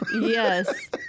Yes